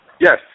Yes